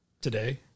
Today